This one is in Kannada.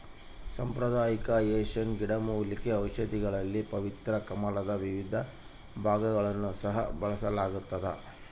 ಸಾಂಪ್ರದಾಯಿಕ ಏಷ್ಯನ್ ಗಿಡಮೂಲಿಕೆ ಔಷಧಿಗಳಲ್ಲಿ ಪವಿತ್ರ ಕಮಲದ ವಿವಿಧ ಭಾಗಗಳನ್ನು ಸಹ ಬಳಸಲಾಗ್ತದ